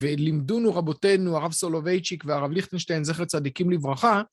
ולימדונו רבותינו הרב סולובייצ'יק והרב ליכטנשטיין זכר צדיקים לברכה.